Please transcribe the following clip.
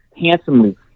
handsomely